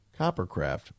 Coppercraft